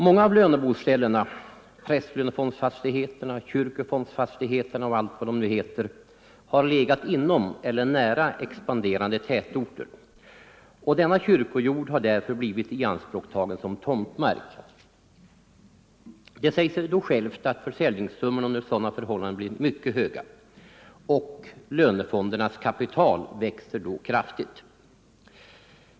Många av löneboställena, prästlönefondsfastigheterna, kyrkofondsfastigheterna, och allt vad de nu heter har legat inom eller nära expanderande tätorter, och denna kyrkojord har därför blivit ianspråktagen som tomtmark. Det säger sig självt att försäljningssummorna under sådana förhållanden blir mycket höga, och lönefondernas kapital växer då kraftigt.